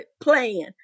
playing